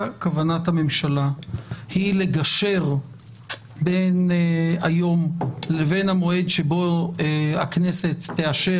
היא לגשר בין היום לבין המועד שבו הכנסת תאשר,